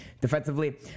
Defensively